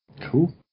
cool